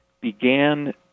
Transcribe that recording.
began